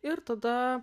ir tada